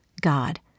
God